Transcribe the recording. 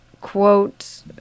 quote